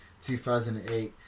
2008